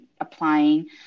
applying